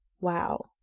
Wow